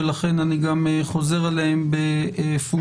ולכן אני גם חוזר עליהם בפומבי,